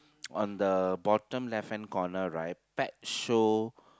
on the bottom left hand corner right pet show